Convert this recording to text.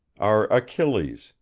our achilles,